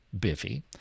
Biffy